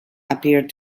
appeared